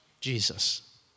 Jesus